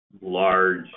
large